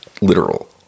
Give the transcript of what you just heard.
literal